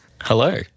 Hello